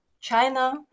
China